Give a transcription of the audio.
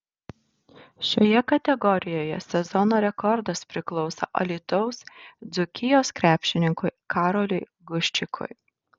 šioje kategorijoje sezono rekordas priklauso alytaus dzūkijos krepšininkui karoliui guščikui